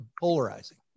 polarizing